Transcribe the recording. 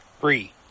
Three